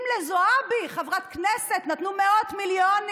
אם לזועבי, חברת הכנסת, נתנו מאות מיליונים,